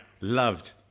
Loved